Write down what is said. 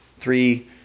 Three